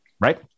right